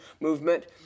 movement